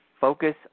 Focus